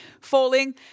falling